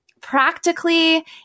practically